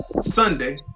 Sunday